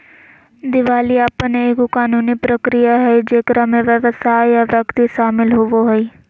दिवालियापन एगो कानूनी प्रक्रिया हइ जेकरा में व्यवसाय या व्यक्ति शामिल होवो हइ